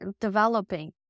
developing